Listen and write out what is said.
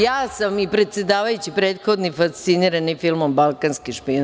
Ja sam i predsedavajući prethodni fascinirani filmom „Balkanski špijun“